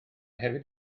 hefyd